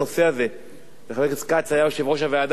וחבר הכנסת כץ היה יושב-ראש הוועדה לעובדים זרים,